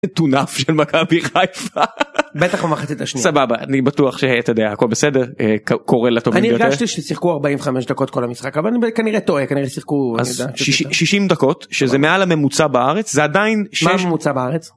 מטונף של מכבי חיפה בטח במחצית השנייה סבבה אני בטוח שאתה יודע הכל בסדר קורה לטובים ביותר, אני הרגשתי ששיחקו 45 דקות כל המשחק אבל כנראה טועה כנראה שיחקו 60 דקות שזה מעל הממוצע בארץ זה עדיין.. מה הממוצע בארץ?